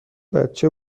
بچه